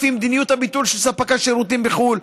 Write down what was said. לפי מדיניות הביטול של ספק השירותים בחו"ל.